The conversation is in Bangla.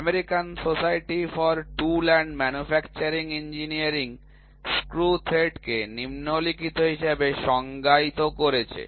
American society for tool and manufacturing engineering screw thread কে নিম্নলিখিত হিসাবে সংজ্ঞায়িত করেছে